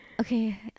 okay